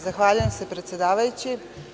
Zahvaljujem se predsedavajući.